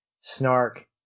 snark